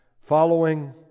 Following